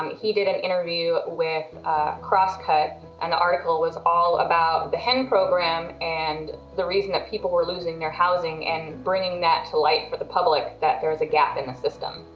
he did an interview with crosscut and the article was all about the hen program and the reason that people were losing their housing and bringing that to light for the public, that there is a gap in the system.